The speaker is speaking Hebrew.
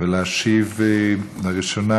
ולהשיב לראשונה,